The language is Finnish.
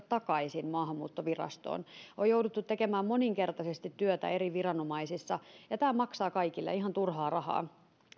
takaisin maahanmuuttovirastoon on jouduttu tekemään moninkertaisesti työtä eri viranomaisissa ja tämä maksaa kaikille ihan turhaa rahaa